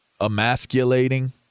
emasculating